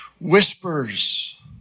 whispers